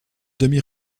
demi